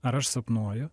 ar aš sapnuoju